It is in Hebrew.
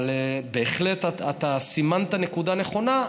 אבל בהחלט סימנת נקודה נכונה,